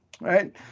right